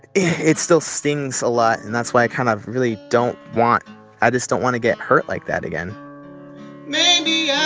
it still stings a lot. and that's why i kind of really don't want i just don't want to get hurt like that again mandy, yeah